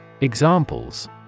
Examples